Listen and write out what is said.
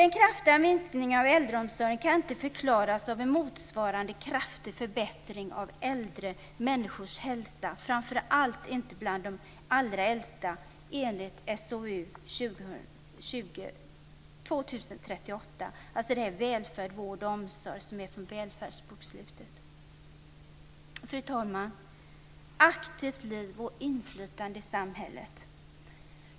Den kraftiga minskningen av äldreomsorg kan inte förklaras av en motsvarande kraftig förbättring av äldre människors hälsa, framför allt inte bland de allra äldsta, enligt SOU 2000:38, Välfärd, vård och omsorg, från Välfärdsbokslutet. Fru talman! Aktivt liv och inflytande i samhället.